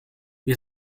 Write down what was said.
wir